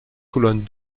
colonnes